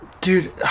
Dude